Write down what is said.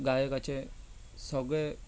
गायकाचे सगळे